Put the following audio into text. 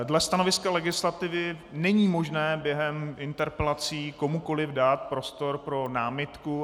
Dle stanoviska legislativy není možné během interpelací komukoli dát prostor pro námitku.